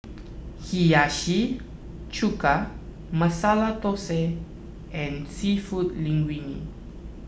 Hiyashi Chuka Masala Dosa and Seafood Linguine